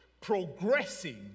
progressing